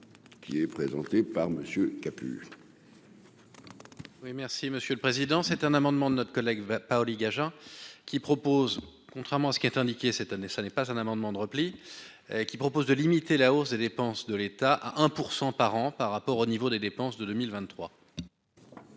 qui est présenté par Monsieur qui a pu. Oui, merci Monsieur le Président, c'est un amendement de notre collègue Paoli-Gagin qui propose, contrairement à ce qui est indiqué, cette année, ça n'est pas un amendement de repli qui propose de limiter la hausse des dépenses de l'État à 1 % par an par rapport au niveau des dépenses de 2023.